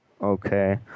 okay